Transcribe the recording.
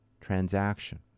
transaction